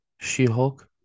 She-Hulk